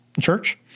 Church